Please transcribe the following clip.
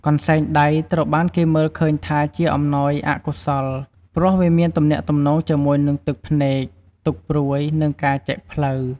កន្សែងដៃត្រូវបានគេមើលឃើញថាជាអំណោយអកុសលព្រោះវាមានទំនាក់ទំនងជាមួយនឹងទឹកភ្នែក ទុក្ខព្រួយ និងការចែកផ្លូវ។